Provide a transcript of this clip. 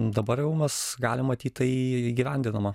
dabar jau mes galim matyt tai įgyvendinama